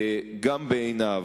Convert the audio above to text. גם בעיניו.